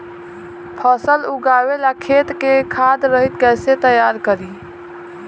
फसल उगवे ला खेत के खाद रहित कैसे तैयार करी?